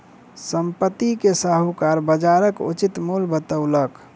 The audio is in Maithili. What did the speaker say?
संपत्ति के साहूकार बजारक उचित मूल्य बतौलक